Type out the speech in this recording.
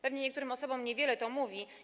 Pewnie niektórym osobom niewiele to mówi.